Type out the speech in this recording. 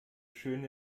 schön